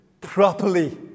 properly